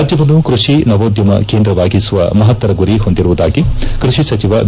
ರಾಜ್ಯವನ್ನು ಕೃಷಿ ನವೋದ್ಯಮ ಕೇಂದ್ರವಾಗಿಸುವ ಮಹತ್ತರ ಗುರಿ ಹೊಂದಿರುವುದಾಗಿ ಕೃಷಿ ಸಚಿವ ಬಿ